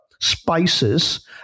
spices